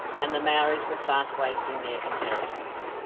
and the maoris were fast wasting their inheritance.